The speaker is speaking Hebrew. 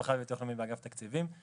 רווחה וביטוח לאומי באגף תקציבים.